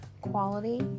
quality